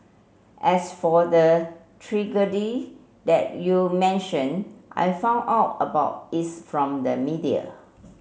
as for the that you mentioned I found out about it's from the media